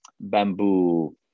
bamboo